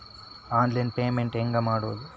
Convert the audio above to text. Online payment ಹೆಂಗ್ ಮಾಡೋದು?